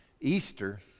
Easter